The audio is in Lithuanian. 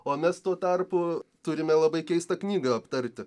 o mes tuo tarpu turime labai keistą knygą aptarti